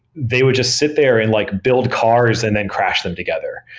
they would just sit there and like build cars and then crash them together,